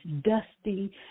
dusty